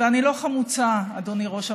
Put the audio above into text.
ואני לא חמוצה, אדוני ראש הממשלה,